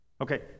Okay